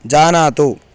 जानातु